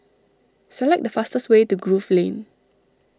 select the fastest way to Grove Lane